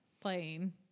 playing